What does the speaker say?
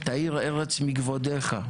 תאיר ארץ מכבודך"